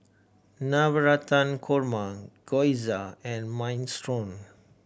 Navratan Korma Gyoza and Minestrone